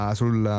sul